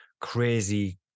crazy